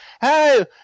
hey